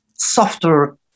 softer